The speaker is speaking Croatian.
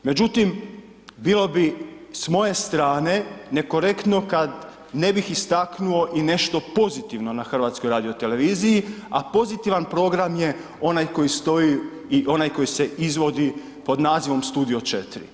Međutim bilo bi s moje strane nekorektno kad ne bih istaknuo i nešto pozitivno na HRT-u a pozitivan program je onaj koji stoji i onaj koji se izvodi pod nazivom „Studio 4“